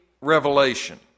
revelation